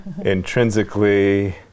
intrinsically